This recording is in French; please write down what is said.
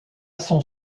son